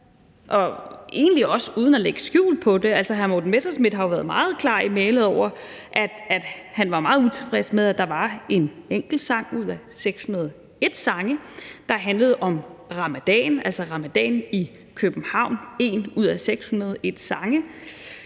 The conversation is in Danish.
og egentlig også uden at lægge skjul på det. Hr. Morten Messerschmidt har været meget klar i mælet med, at han var meget utilfreds med, at der var en enkelt sang ud af 601 sange, der handlede om ramadan, altså »Ramadan i København«, én ud af 601 sange.